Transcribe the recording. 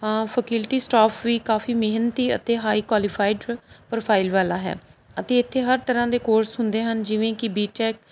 ਆਂ faculty staff ਵੀ ਕਾਫੀ ਮਿਹਨਤੀ ਅਤੇ ਹਾਈ ਕੁਆਲੀਫਾਈਡ ਪ੍ਰਫਾਈਲ ਵਾਲਾ ਹੈ ਅਤੇ ਇੱਥੇ ਹਰ ਤਰ੍ਹਾਂ ਦੇ ਕੋਰਸ ਹੁੰਦੇ ਹਨ ਜਿਵੇਂ ਕਿ ਬੀਟੈਕ